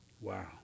Wow